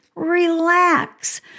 relax